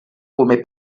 come